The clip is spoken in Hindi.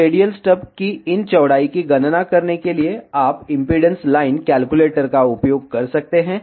तो रेडियल स्टब की इन चौड़ाई की गणना करने के लिए आप इम्पीडेन्स लाइन कैलकुलेटर का उपयोग कर सकते हैं